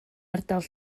ardal